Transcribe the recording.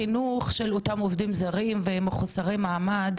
חינוך של אותם עובדים זרים ומחוסרי מעמד,